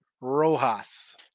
Rojas